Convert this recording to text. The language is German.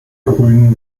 grünen